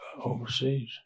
overseas